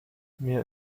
mir